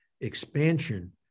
expansion